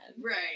Right